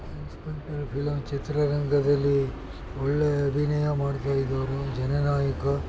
inspector film ಚಿತ್ರರಂಗದಲ್ಲಿ ಒಳ್ಳೆಯ ಅಭಿನಯ ಮಾಡ್ತಾಯಿದ್ದವರು ಜನನಾಯಕ